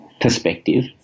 perspective